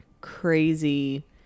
crazy